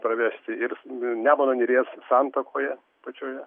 pravesti ir nemuno neries santakoje pačioje